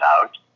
out